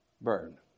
burn